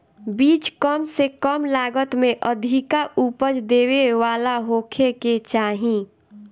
बीज कम से कम लागत में अधिका उपज देवे वाला होखे के चाही